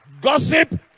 Gossip